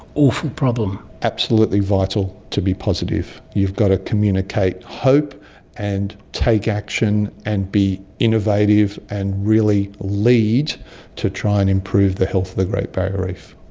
awful problem? absolutely vital to be positive. you've got to communicate hope and take action and to be innovative and really lead to try and improve the health of the great barrier reef.